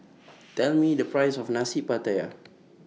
Tell Me The Price of Nasi Pattaya